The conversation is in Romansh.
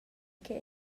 che